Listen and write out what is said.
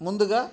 ముందుగా